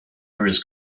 areas